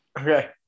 Okay